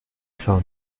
sony